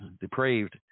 depraved